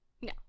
no